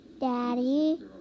Daddy